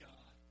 God